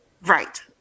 Right